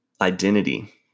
identity